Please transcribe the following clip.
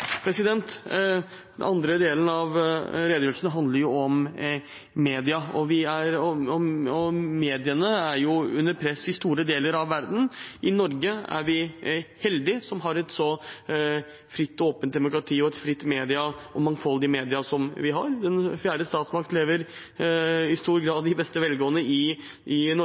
Den andre delen av redegjørelsen handler om mediene. Mediene er under press i store deler av verden. I Norge er vi heldige som har et så fritt og åpent demokrati, og så mange frie og mangfoldige medier som vi har. Den fjerde statsmakt lever i stor grad i beste velgående i Norge. Statsråden var i